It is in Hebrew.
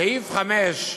סעיף (5)